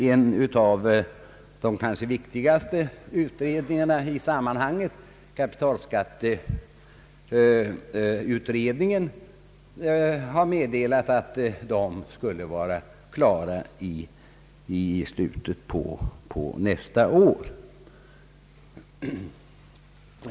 En av de kanske viktigaste utredningarna i sammanhanget, kapitalskatteutredningen, har meddelat att utredningen skall vara klar i slutet av nästa år.